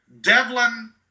Devlin